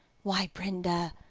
why, brenda,